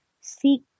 seek